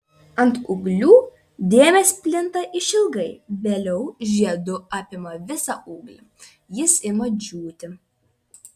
ant ūglių dėmės plinta išilgai vėliau žiedu apima visą ūglį jis ima džiūti